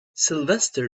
sylvester